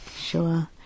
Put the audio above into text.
Sure